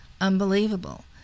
unbelievable